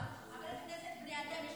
גם אנחנו בני אדם,